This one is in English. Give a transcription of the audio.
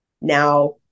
now